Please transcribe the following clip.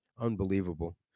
Unbelievable